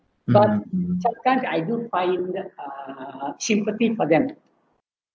but sometime I do find uh sympathy for them